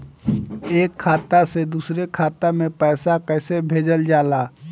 एक खाता से दुसरे खाता मे पैसा कैसे भेजल जाला?